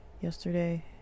yesterday